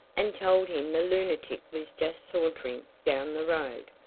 and told him the lunatic was just sauntering down the road.